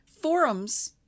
Forums